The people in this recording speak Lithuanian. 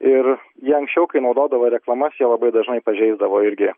ir jie anksčiau kai naudodavo reklamas jie labai dažnai pažeisdavo irgi